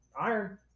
iron